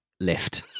lift